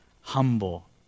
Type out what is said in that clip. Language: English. humble